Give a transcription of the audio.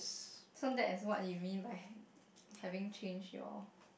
so that's what you mean by having changed your